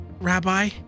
Rabbi